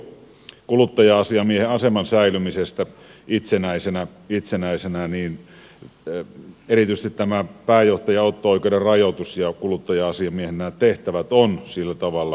mitä tulee tähän huoleen kuluttaja asiamiehen aseman säilymisestä itsenäisenä niin erityisesti tämä pääjohtajan otto oikeuden rajoitus ja nämä kuluttaja asiamiehen tehtävät on sillä tavalla määritelty